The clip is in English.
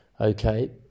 Okay